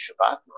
Shabbat